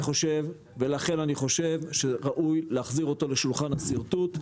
אני חושב שראוי להחזיר אותו לשולחן השרטוט,